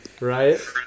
right